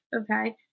Okay